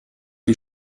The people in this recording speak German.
die